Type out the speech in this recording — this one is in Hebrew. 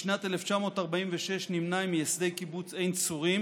בשנת 1946 נמנה עם מייסדי קיבוץ עין צורים